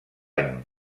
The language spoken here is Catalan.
any